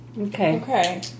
Okay